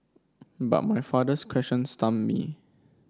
but my father's question stumped me